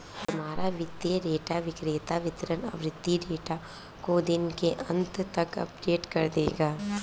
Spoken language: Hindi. तुम्हारा वित्तीय डेटा विक्रेता वितरण आवृति डेटा को दिन के अंत तक अपडेट कर देगा